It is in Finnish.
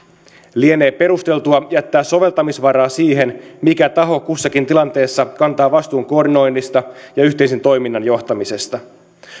lienee perusteltua jättää soveltamisvaraa siihen mikä taho kussakin tilanteessa kantaa vastuun koordinoinnista ja yhteisen toiminnan johtamisesta